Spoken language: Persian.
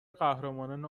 قهرمانان